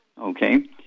okay